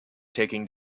taking